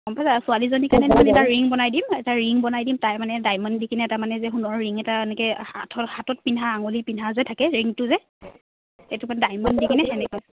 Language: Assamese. ইফালে ছোৱালীজনী কাৰণে এটা ৰিং বনাই দিম এটা ৰিং বনাই দিম তাই মানে ডায়মণ্ড দি কিনে এটা মানে যে সোণ ৰ ৰিং এটা এনেকে হাতৰ হাতত পিন্ধা আঙুলি পিন্ধা যে থাকে ৰিংটো যে এইটো মানে ডায়মণ্ড দি কিনে সেনেকে